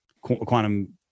quantum